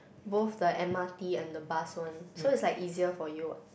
both the M_R_T and the bus one so it's like easier for you what